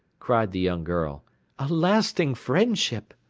cried the young girl a lasting friendship!